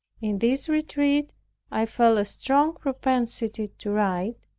in this retreat i felt a strong propensity to write,